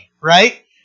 right